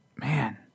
Man